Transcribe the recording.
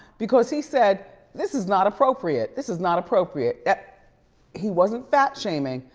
because he said this is not appropriate. this is not appropriate. he wasn't fat shaming.